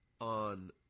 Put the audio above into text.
on